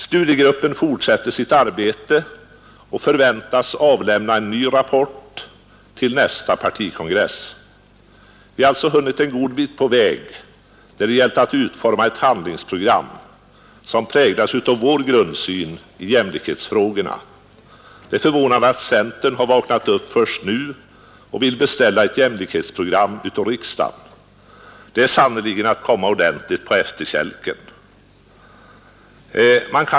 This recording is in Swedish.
Studiegruppen fortsätter sitt arbete och förväntas avlämna en ny rapport till nästa partikongress. Vi har alltså hunnit en god bit på väg när det gällt att utforma ett handlingsprogram som präglas av vår grundsyn i jämlikhetsfrågorna. Det förvånar mig att centern har vaknat först nu och vill beställa ett jämlikhetsprogram av riksdagen. Det är sannerligen att komma ordentligt på efterkälken!